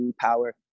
power